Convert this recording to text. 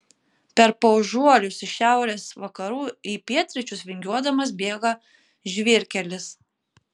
per paužuolius iš šiaurės vakarų į pietryčius vingiuodamas bėga žvyrkelis